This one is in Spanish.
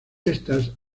estas